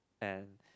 and